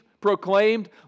proclaimed